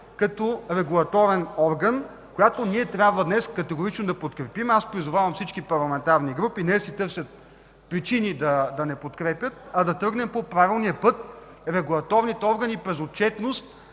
като регулаторен орган, която ние трябва днес категорично да подкрепим. Призовавам всички парламентарни групи не да си търсят причини да не подкрепят, а да тръгнем по правилния път – регулаторните органи през отчетност